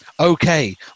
Okay